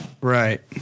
Right